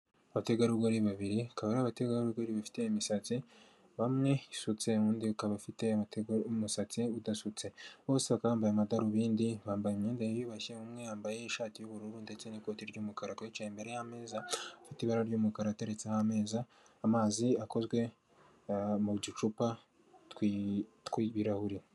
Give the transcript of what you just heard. Abategarugori babiri akaba ari abategarugori bafite imisatsi bamwe isutse ubundi ukaba afite umusatsi udashutse, bose bakaba bambaye amadarubindi bambaye imyenda yiyubashye umwe yambaye ishati y'ubururu ndetse n'ikoti ry'umukara yicaye imbere y'ameza afite ibara ry'umukara ateretseho ameza, amazi akozwe mu gicupa twi twi'ibirahuri.